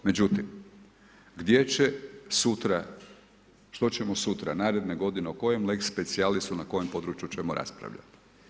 Međutim, gdje će sutra, što ćemo sutra, naredne godine, o kojem lex specialisu na kojem području ćemo raspravljati.